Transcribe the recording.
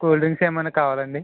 cool drinks ఏమైనా కావాలా అండి